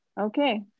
okay